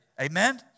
Amen